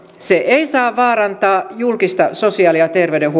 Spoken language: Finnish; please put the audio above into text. ei saa vaarantaa julkista sosiaali ja